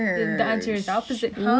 my answer is obvious lah